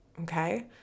Okay